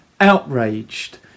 outraged